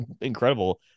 incredible